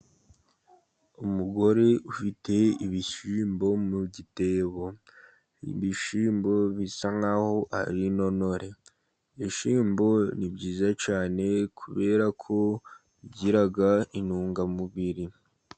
Umugore ufite ibishyimbo mu gitebo, ibishyimbo bisa naho ar'intonore, ibishyimbo ni byiza cyane kubera ko bigira intungamubiri.